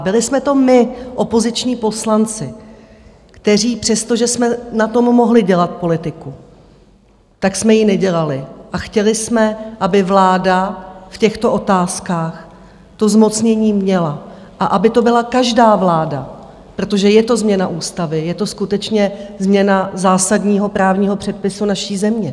Byli jsme to my, opoziční poslanci, kteří, přestože jsme na tom mohli dělat politiku, tak jsme ji nedělali, a chtěli jsme, aby vláda v těchto otázkách to zmocnění měla a aby to byla každá vláda, protože je to změna ústavy, je to skutečně změna zásadního právního předpisu naší země.